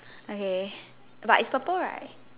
okay but it's purple right